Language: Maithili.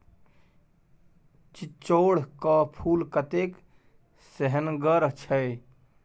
चिचोढ़ क फूल कतेक सेहनगर छै